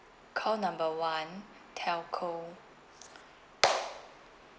call number one telco